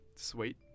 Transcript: Sweet